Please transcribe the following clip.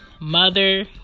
mother